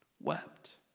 wept